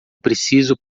preciso